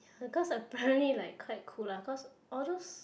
because apparently like quite cool lah cause all those